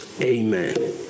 amen